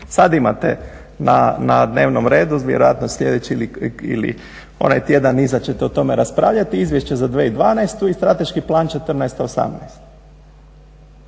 Sad imate na dnevnom redu vjerojatno sljedeći ili onaj tjedan iza ćete o tome raspravljati, Izvješće za 2012. i Strateški plan 2014-2018.